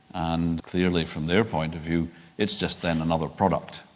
and clearly from their point of view it's just then another product.